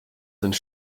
sind